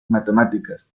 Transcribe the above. matemáticas